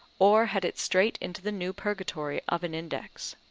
or had it straight into the new purgatory of an index.